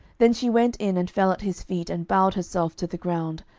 then she went in, and fell at his feet, and bowed herself to the ground,